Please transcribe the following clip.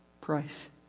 price